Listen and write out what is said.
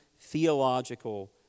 theological